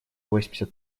восемьдесят